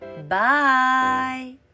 Bye